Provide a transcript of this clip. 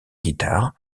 guitares